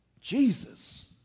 Jesus